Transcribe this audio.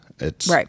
Right